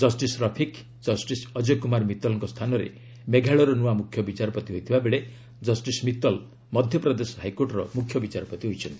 justice Rafiq justice Ajay Kumar ମିତଲ୍ଙ୍କ ସ୍ଥାନରେ ମେଘାଳୟର ନୂଆ ମୁଖ୍ୟ ବିଚାରପତି ହୋଇଥିବାବେଳେ କଷ୍ଟିସ୍ ମିତଲ ମଧ୍ୟପ୍ରଦେଶ ହାଇକୋର୍ଟର ମୁଖ୍ୟ ବିଚାରପତି ହୋଇଛନ୍ତି